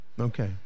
okay